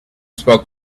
spoke